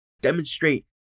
demonstrate